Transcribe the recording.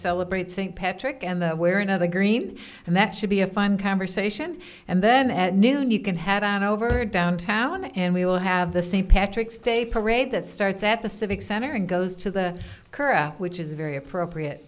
celebrate st patrick and that where another green and that should be a fun conversation and then at noon you can have an over downtown and we will have the st patrick's day parade that starts at the civic center and goes to the current which is very appropriate